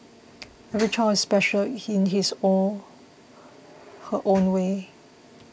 every child is special in his or her own way